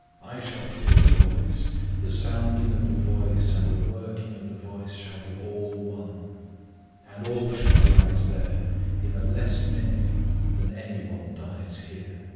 i shall hear the voice the sounding of the voice and the working of the voice shall be all one and all shall rise there in a less minute than any one dies here.